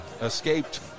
escaped